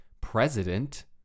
president